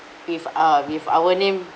if uh with our name